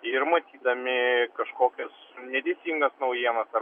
ir matydami kažkokias neteisingas naujienas ar